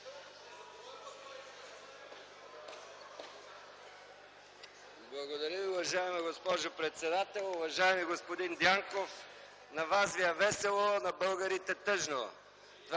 Благодаря Ви. Уважаема госпожо председател, уважаеми господин Дянков! На Вас Ви е весело, а на българите – тъжно.